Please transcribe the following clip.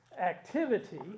activity